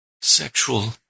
sexual